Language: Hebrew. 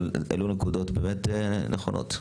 נקודות באמת נכונות.